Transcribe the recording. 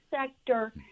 sector